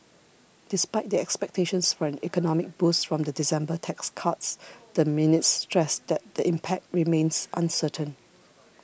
despite the expectations for an economic boost from the December tax cuts the minutes stressed that the impact remains uncertain